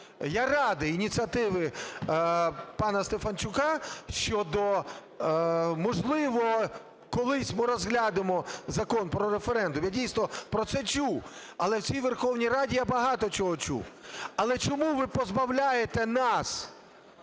Я радий ініціативі пана Стефанчука щодо, можливо, колись ми розглянемо закон про референдум, я, дійсно, про це чув, але в цій Верховній Раді я багато чого чув. Але чому ви позбавляєте нас